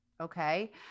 Okay